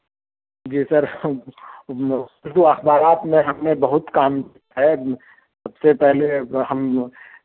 جی sir Urdu اخبارات میں ہم نے بہت کام ہے اِس سے پہلے ہم